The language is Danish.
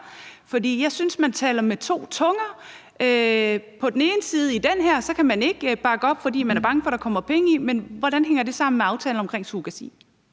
her? Jeg synes, man taler med to tunger. På den ene side kan man ikke bakke op, fordi man er bange for, at der kommer penge ind, men hvordan hænger det sammen med aftalen om surrogasi?